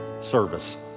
service